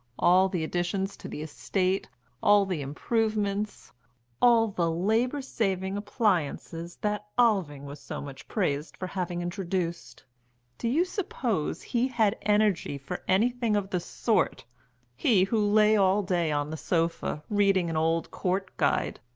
all the additions to the estate all the improvements all the labour-saving appliances, that alving was so much praised for having introduced do you suppose he had energy for anything of the sort he, who lay all day on the sofa, reading an old court guide!